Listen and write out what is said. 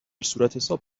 صورتحساب